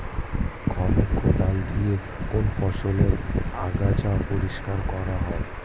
খনক কোদাল দিয়ে কোন ফসলের আগাছা পরিষ্কার করা হয়?